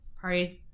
parties